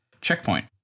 Checkpoint